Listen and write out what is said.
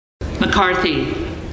McCarthy